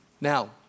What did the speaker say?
now